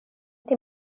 till